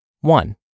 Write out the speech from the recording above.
One